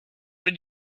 did